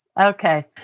Okay